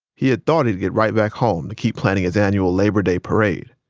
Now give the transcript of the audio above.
he had thought he'd get right back home to keep planning his annual labor day parade.